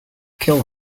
kill